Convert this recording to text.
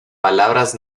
palabras